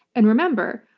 and remember,